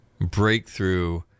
Breakthrough